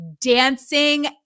dancing